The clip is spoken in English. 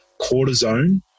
cortisone